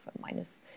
minus